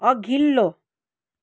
अघिल्लो